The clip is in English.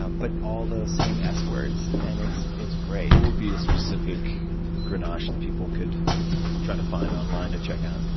um but all of those same s words, and it's it's great. what would be a specific grenache that people could try to find online to check out?